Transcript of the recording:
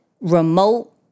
remote